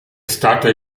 stata